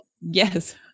yes